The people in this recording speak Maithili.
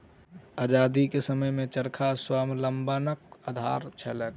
आजादीक समयमे चरखा स्वावलंबनक आधार छलैक